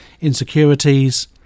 insecurities